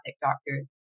doctors